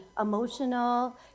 emotional